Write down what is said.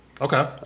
Okay